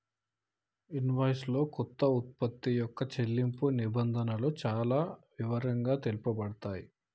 invoice లో కొన్న వుత్పత్తి యొక్క చెల్లింపు నిబంధనలు చానా వివరంగా తెలుపబడతయ్